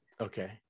Okay